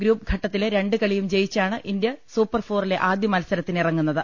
group ഘട്ടത്തിലെ രണ്ട് കളിയും ജയിച്ചാണ് ഇന്ത്യ സൂപ്പർഫോറിലെ ആദ്യമത്സരത്തിനിറങ്ങു ന്നത്